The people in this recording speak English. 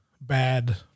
bad